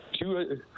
two